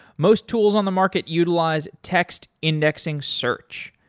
most tools on the market utilize text indexing search,